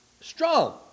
strong